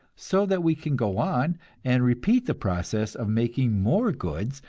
so that we can go on and repeat the process of making more goods,